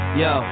yo